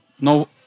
No